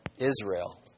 Israel